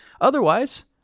Otherwise